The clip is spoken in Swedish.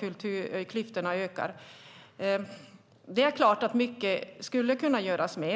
Hon säger att klyftorna ökar. Det är klart att mycket mer skulle kunna göras, men